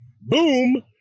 boom